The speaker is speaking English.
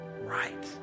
right